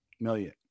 million